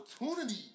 opportunity